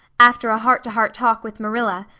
after a heart to heart talk with marilla,